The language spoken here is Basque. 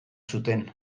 zuten